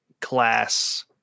class